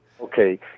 Okay